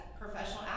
professional